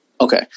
Okay